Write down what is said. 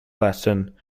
latin